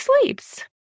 sleeps